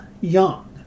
Young